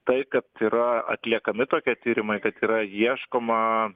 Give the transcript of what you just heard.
tai kad yra atliekami tokie tyrimai kad yra ieškoma